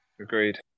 Agreed